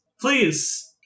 Please